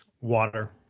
Water